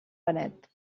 benet